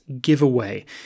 giveaway